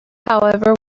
however